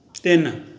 ਤਿੰਨ